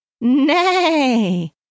nay